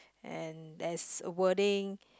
and there is wording